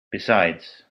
besides